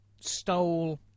stole